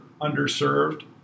underserved